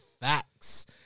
facts